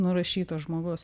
nurašytas žmogus